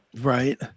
Right